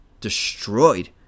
destroyed